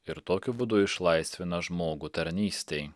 ir tokiu būdu išlaisvina žmogų tarnystei